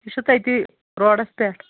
یہِ چھُ تٔتی روڈَس پٮ۪ٹھ